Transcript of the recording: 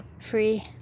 free